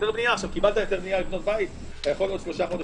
אבל צריך לראות עם נותני האישור,